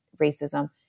racism